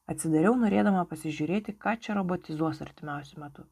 atsidariau norėdama pasižiūrėti ką čia robotizuos artimiausiu metu